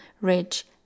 rich